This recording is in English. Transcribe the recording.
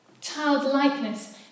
Childlikeness